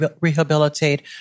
rehabilitate